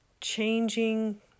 changing